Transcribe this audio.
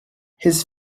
his